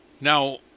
Now